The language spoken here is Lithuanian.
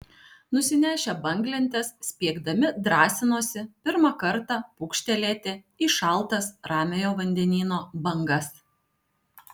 nusinešę banglentes spiegdami drąsinosi pirmą kartą pūkštelėti į šaltas ramiojo vandenyno bangas